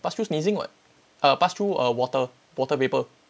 passed through sneezing what err pass through err water water vapour